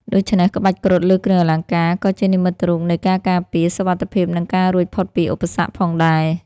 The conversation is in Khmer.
ដូច្នេះ ក្បាច់គ្រុឌលើគ្រឿងអលង្ការក៏ជានិមិត្តរូបនៃ ការការពារ សុវត្ថិភាព និង ការរួចផុតពីឧបសគ្គ ផងដែរ។